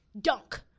dunk